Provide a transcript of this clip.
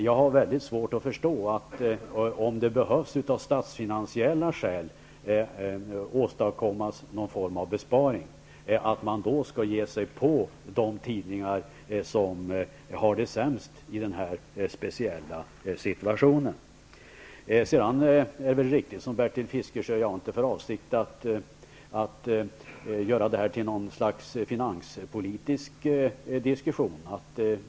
Jag har svårt att förstå att man skall ge sig på de tidningar som har det sämst i den här speciella situationen, om man nu behöver åstadkomma någon form av besparing av statsfinansiella skäl. Jag har inte för avsikt att göra detta till något slags finanspolitisk diskussion.